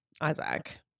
Isaac